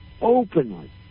openly